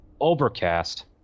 Overcast